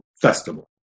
festival